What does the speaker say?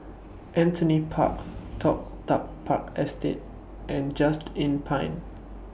Anthony Road Toh Tuck Park Estate and Just Inn Pine